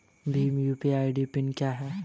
Bhim UPI pin क्या है?